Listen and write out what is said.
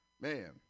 Man